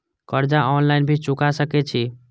कर्जा ऑनलाइन भी चुका सके छी?